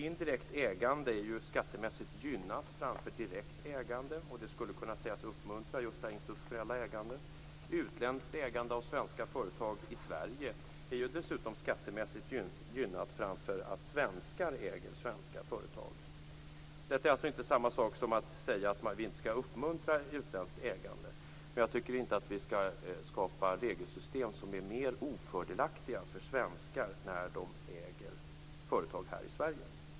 Indirekt ägande är skattemässigt gynnat framför direkt ägande. Det skulle sägas uppmuntra just det institutionella ägandet. Utländskt ägande av svenska företag i Sverige är skattemässigt gynnat framför att svenskar äger svenska företag. Detta är inte samma sak som att säga att vi inte skall uppmuntra utländskt ägande. Jag tycker inte att vi skall skapa regelsystem som är mer ofördelaktiga för svenskar när de äger företag i Sverige.